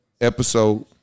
episode